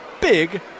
big